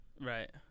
Right